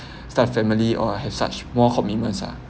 start family or have such more commitments ah